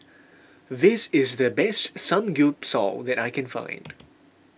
this is the best Samgyeopsal that I can find